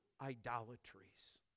idolatries